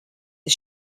the